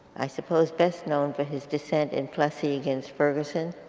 i suppose best known for his dissent in plessy against ferguson